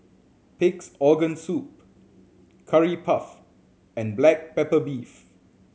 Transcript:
Pig's Organ Soup Curry Puff and black pepper beef